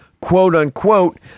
quote-unquote